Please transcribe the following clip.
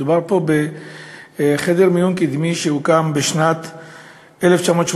מדובר פה בחדר מיון קדמי שהוקם בשנת 1982,